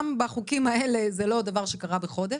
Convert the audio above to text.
גם בחוקים האלה זה לא דבר שקרה בחודש.